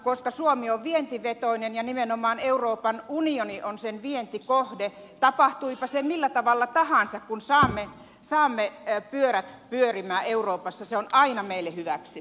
koska suomi on vientivetoinen ja nimenomaan euroopan unioni on sen vientikohde niin tapahtuipa se millä tavalla tahansa kun saamme pyörät pyörimään euroopassa se on aina meille hyväksi